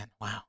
wow